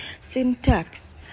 syntax